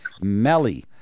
Melly